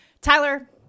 Tyler